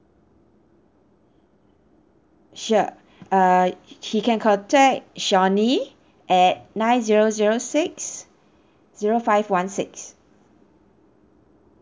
sure err he he can contact shawni at nine zero zero six zero five one six